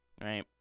right